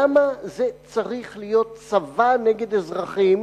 למה זה צריך להיות צבא נגד אזרחים,